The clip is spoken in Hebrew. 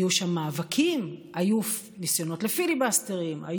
היו שם מאבקים, היו ניסיונות לפיליבסטרים.